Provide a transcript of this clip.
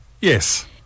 Yes